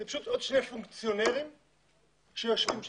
אלה פשוט עוד שני פונקציונרים שיושבים שם.